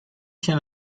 się